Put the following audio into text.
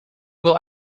will